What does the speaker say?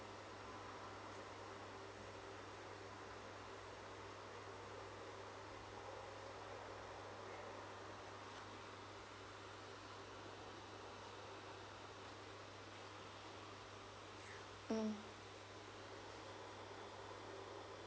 mm